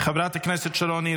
חברת הכנסת שרון ניר,